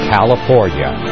California